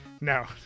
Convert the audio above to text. No